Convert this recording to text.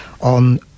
on